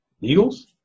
Eagles